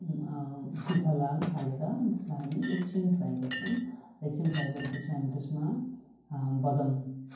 तिखालाल हालेर त्यसलाई हामी एक क्षण फ्राइ गर्छौँ र एक क्षण फ्राइ गरेपछि हामी त्यसमा बदाम